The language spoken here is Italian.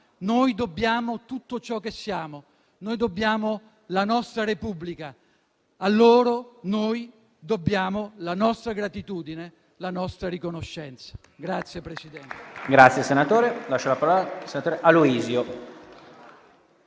noi dobbiamo tutto ciò che siamo, noi dobbiamo la nostra Repubblica. A loro noi dobbiamo la nostra gratitudine e la nostra riconoscenza.